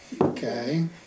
Okay